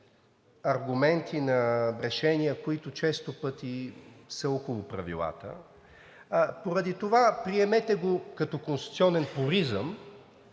аргументи на решения, които често пъти са около правилата. Поради това, приемете го като конституционен пуризъм,